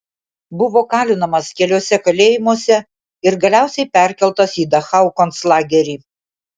buvo kalinamas keliuose kalėjimuose ir galiausiai perkeltas į dachau konclagerį